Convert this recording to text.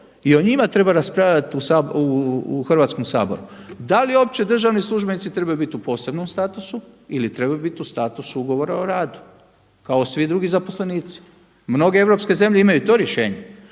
i o njima treba raspravljati u Hrvatskom saboru. Da li uopće državni službenici trebaju biti u posebnom statusu ili trebaju biti u statusu ugovora o radu kao i svi drugi zaposlenici? Mnoge europske zemlje imaju i to rješenje.